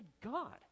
God